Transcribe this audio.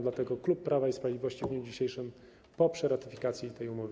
Dlatego klub Prawa i Sprawiedliwości w dniu dzisiejszym poprze ratyfikację tej umowy.